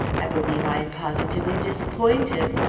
i believe i am positively disappointed!